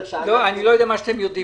אני לא יודע מה אתם יודעים.